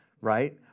right